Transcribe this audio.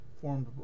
formed